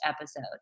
episode